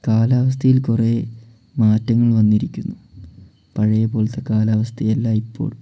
കാലാവസ്ഥയിൽ കുറേ മാറ്റങ്ങൾ വന്നിരിക്കുന്നു പഴയ പോലത്തെ കാലാവസ്ഥയല്ല ഇപ്പോൾ